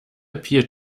appear